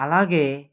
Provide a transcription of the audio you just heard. అలాగే